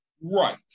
Right